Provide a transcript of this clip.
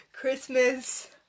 Christmas